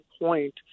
point